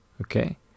okay